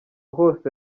hose